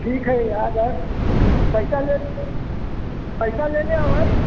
ठीक हइ आबय पैसा ले पैसा लेले अबइ